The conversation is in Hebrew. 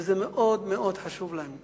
זה מאוד מאוד חשוב לנו.